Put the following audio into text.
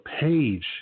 page